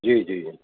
जी जी जी